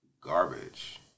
Garbage